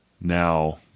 now